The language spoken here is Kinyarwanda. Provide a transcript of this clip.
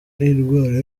n’indwara